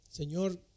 Señor